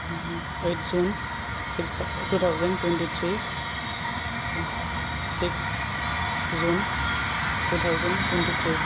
eight June six था two thousand twenty three six June two thousand टुइनथिट्रि